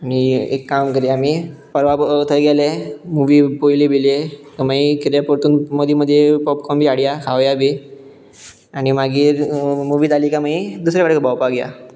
आनी एक काम करया आमी परवा थंय गेले मुवी पळयली बियली काय मागीर कितें परतून मदी मदीं पॉपकॉर्न बी हाडया खावया बी आनी मागीर मुवी जाली काय मागीर दुसऱ्या कडे भोंवपाक या